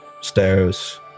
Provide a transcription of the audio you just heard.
stairs